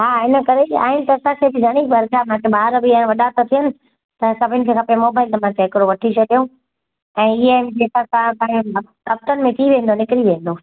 हा इन करे आहिनि त घणेई पर छा ॿार बि हाणे वॾा था थियनि त सभिनि खे खपे मोबाइल त मां चवां हिकिड़ो वठी छॾियूं ऐं ईअं जेका तव्हां हफ़्ते में निकिरी वेंदो निकिरी वेंदो